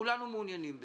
כולנו מעוניינים בזה,